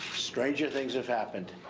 stranger things have happened.